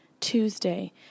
Tuesday